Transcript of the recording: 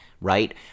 right